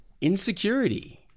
Insecurity